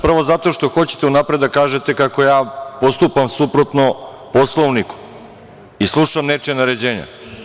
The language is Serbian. Prvo, zato što hoćete unapred da kažete kako ja postupam suprotno Poslovniku i slušam nečija naređenja?